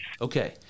Okay